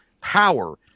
power